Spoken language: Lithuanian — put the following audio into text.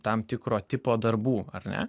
tam tikro tipo darbų ar ne